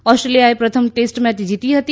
ઓસ્ટ્રેલિયાએ પ્રથમ ટેસ્ટ મેય જીતી હતી